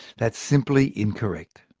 that's simply incorrect.